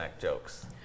jokes